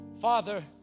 Father